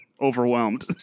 overwhelmed